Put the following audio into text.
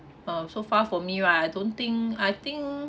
uh so far for me right I don't think I think